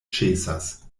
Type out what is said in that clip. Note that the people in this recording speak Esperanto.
ĉesas